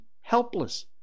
helpless